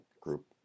group